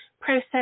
process